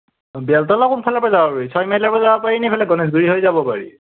বেলতলা কোনফালৰ পৰা যাব পাৰি ছয়মাইলৰ পৰা যাব পাৰি নে এইফালে গণেশগুৰি হৈ যাব পাৰি